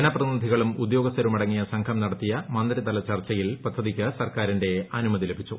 ജനപ്രതിനിധികളും ഉദ്യോഗസ്ഥരുമടങ്ങിയ സംഘം നടത്തിയ മന്ത്രി തല ചർച്ചയിൽ പദ്ധതിക്ക് സർക്കാരിന്റെ അനുമതി ലഭിച്ചു